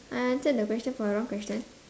I answered the question for a wrong question